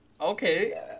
Okay